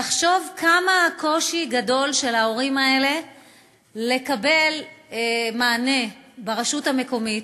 תחשוב כמה גדול הקושי של ההורים האלה לקבל מענה ברשות המקומית,